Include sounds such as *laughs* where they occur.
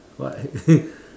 but *laughs*